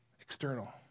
external